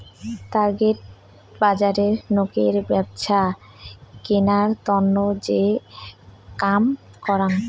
target বজারে নোকের ব্যপছা কিনার তন্ন যে কাম করং